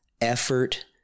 effort